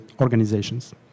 organizations